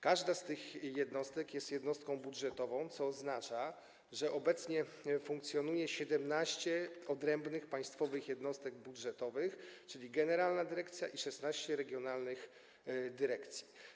Każda z tych jednostek jest jednostką budżetową, co oznacza, że obecnie funkcjonuje 17 odrębnych państwowych jednostek budżetowych, czyli generalna dyrekcja i 16 regionalnych dyrekcji.